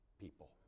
people